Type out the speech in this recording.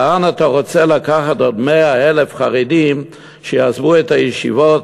לאן אתה רוצה לקחת עוד 100,000 חרדים שיעזבו את הישיבות,